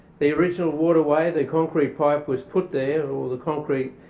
the original waterway, the concrete pipe, was put there, or the concrete